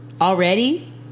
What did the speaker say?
already